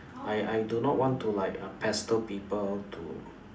I I do not want to like uh pester people to